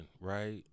right